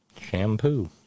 Shampoo